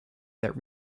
that